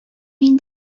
мин